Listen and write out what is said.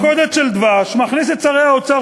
מלכודת של דבש: מכניס את שרי האוצר,